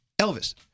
Elvis